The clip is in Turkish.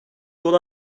yol